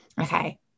Okay